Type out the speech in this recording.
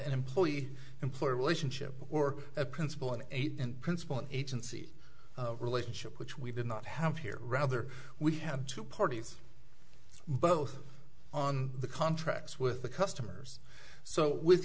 employee employer relationship or a principle and eight in principle an agency relationship which we did not have here rather we had two parties both on the contracts with the customers so with